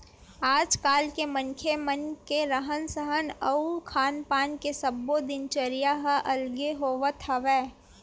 आज के मनखे मन के रहन सहन अउ खान पान के सब्बो दिनचरया अलगे होवत हवय